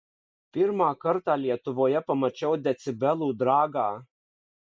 pirmą kartą lietuvoje pamačiau decibelų dragą